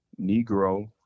Negro